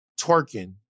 twerking